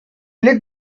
lit